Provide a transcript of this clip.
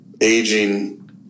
aging